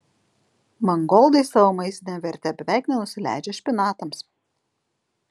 mangoldai savo maistine verte beveik nenusileidžia špinatams